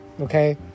Okay